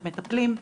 מטפלים,